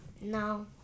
No